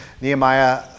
Nehemiah